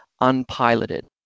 unpiloted